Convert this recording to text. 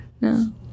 No